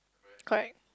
correct